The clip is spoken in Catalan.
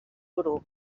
grup